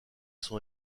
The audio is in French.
sont